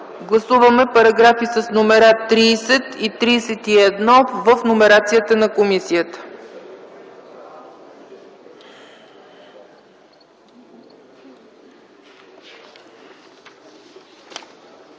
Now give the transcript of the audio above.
Гласуваме параграфи 30 и 31 в номерацията на комисията.